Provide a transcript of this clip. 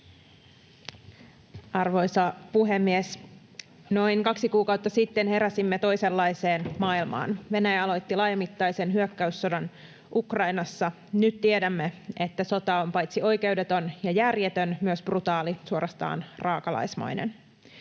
Arvoisa puhemies! Noin kaksi kuukautta sitten heräsimme toisenlaiseen maailmaan. Venäjä aloitti laajamittaisen hyökkäyssodan Ukrainassa. Nyt tiedämme, että sota on paitsi oikeudeton ja järjetön, myös brutaali, suorastaan raakalaismainen.